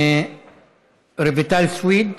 רויטל סויד,